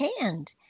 hand